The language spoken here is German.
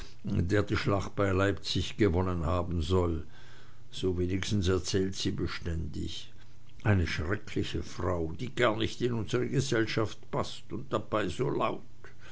der die schlacht bei leipzig gewonnen haben soll so wenigstens erzählt sie beständig eine schreckliche frau die gar nicht in unsre gesellschaft paßt und dabei so laut